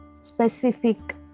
specific